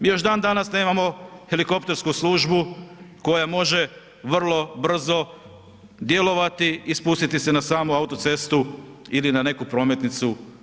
Mi još dan danas nemamo helikoptersku službu koja može vrlo brzo djelovati i spustiti se na samu autocestu ili na neku prometnicu.